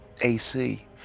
AC